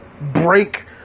break